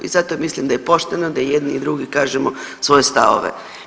I zato mislim da je pošteno da i jedni i drugi kažemo svoje stavove.